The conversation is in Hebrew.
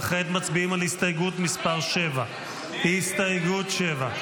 וכעת מצביעים על הסתייגות מס' 7. הסתייגות 7,